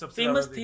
famous